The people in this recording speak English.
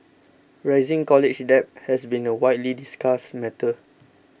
rising college debt has been a widely discussed matter